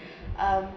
um